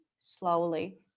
slowly